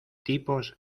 tipos